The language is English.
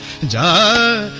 and